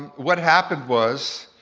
and what happened was,